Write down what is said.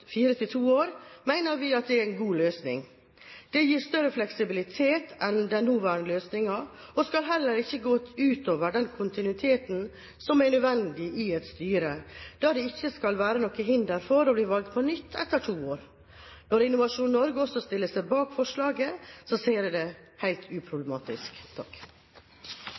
fire til to år, mener vi at det er en god løsning. Det gir større fleksibilitet enn den nåværende løsningen og skal heller ikke gå ut over den kontinuiteten som er nødvendig i et styre, da det ikke skal være noe hinder for å bli valgt på nytt etter to år. Når Innovasjon Norge også stiller seg bak forslaget, ser jeg det som helt uproblematisk.